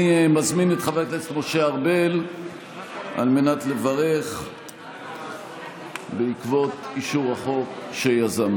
אני מזמין את חבר הכנסת משה ארבל לברך בעקבות אישור החוק שיזם.